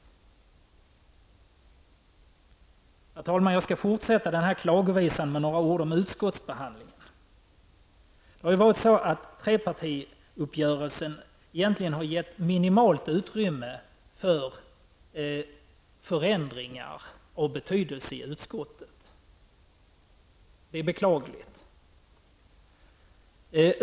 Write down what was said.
Herr talman! Jag skall fortsätta denna klagovisa med några ord om utskottsbehandlingen av ärendet. Trepartiuppgörelsen har egentligen gett minimalt utrymme för förändringar av betydelse i utskottet. Det är beklagligt.